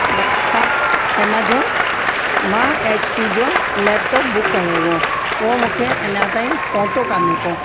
तां एमांजॉन मां H P जो लेपटॉप बुक कयो हो उहो मूंखे अञा ताईंं पहुतो कोन्हे को